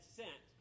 sent